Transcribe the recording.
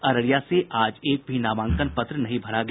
अररिया से आज एक भी नामांकन पत्र नहीं भरा गया